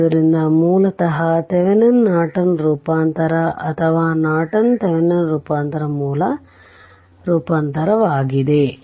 ಆದ್ದರಿಂದ ಮೂಲತಃ ಥೆವೆನಿನ್ನ ನಾರ್ಟನ್ ರೂಪಾಂತರNorton Thevenin's transformation ಅಥವಾ ನಾರ್ಟನ್ ಥೆವೆನಿನ್ನ ರೂಪಾಂತರ ಮೂಲ ರೂಪಾಂತರವಾಗಿದೆ